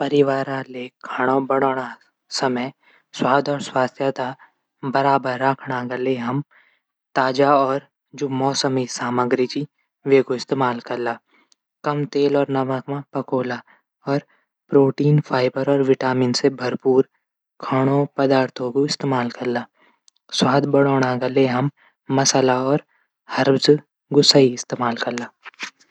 परिवार ले खाणू बणाणो समय स्वाद और स्वास्थ्य तै बराबर रखणो तै हम ताजा और जू मौसमी सामग्री च वेकू इस्तेमाल कला कम तेल और नमक मा पकौला। अर प्रोटीन फाइबर और विटामिन से भरपूर खाणौ पदार्थो इस्तेमाल कला। स्वाद बणौला ले हम मसला और हर्बज क सही इस्तेमाल कला।